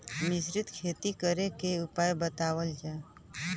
मिश्रित खेती करे क उपाय बतावल जा?